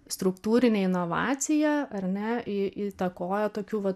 struktūrinė inovacija ar ne į įtakoja tokių va